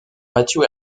matthew